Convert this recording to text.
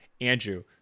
Andrew